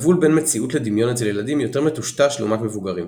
הגבול בין מציאות לדמיון אצל ילדים יותר מטושטש לעומת מבוגרים.